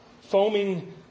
Foaming